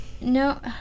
No